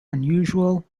unusual